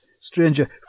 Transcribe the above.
Stranger